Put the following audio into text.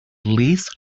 least